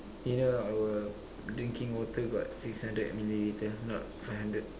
you know our drinking water got six hundred millilitres not five hundred